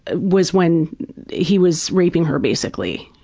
was when he was raping her basically.